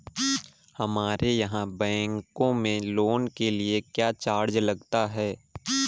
हमारे यहाँ बैंकों में लोन के लिए क्या चार्ज लगता है?